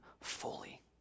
fully